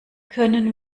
können